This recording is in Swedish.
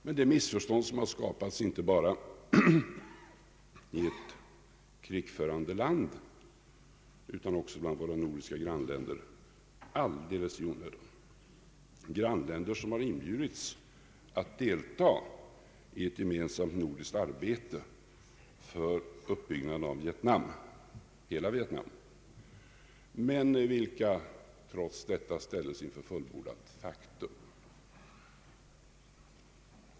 Det är missförstånd som har skapats alldeles i onödan inte bara i ett krigförande land utan också bland våra nordiska grannländer, som har inbjudits att delta i ett gemensamt nordiskt arbete för uppbyggnaden av hela Vietnam men som trots detta ställs inför fullbordat faktum.